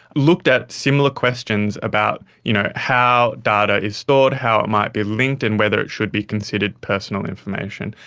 looked at similar questions about you know how data is stored, how it might be linked and whether it should be considered personal information.